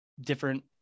different